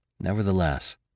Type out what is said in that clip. Nevertheless